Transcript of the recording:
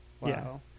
Wow